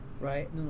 right